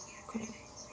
correct